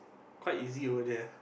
quite easy over there